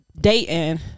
dating